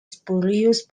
spurious